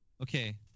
Okay